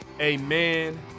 Amen